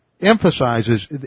emphasizes